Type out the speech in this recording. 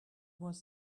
was